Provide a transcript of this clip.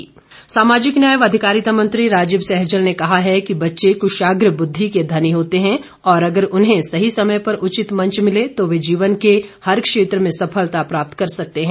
सैजल सामाजिक न्याय व अधिकारिता मंत्री राजीव सैजल ने कहा है कि बच्चे कुशाग्र बुद्धि के घनी होते हैं और अगर उन्हें सही समय पर उचित मंच मिले तो वे जीवन के प्रत्येक क्षेत्र में सफलता प्राप्त कर सकते हैं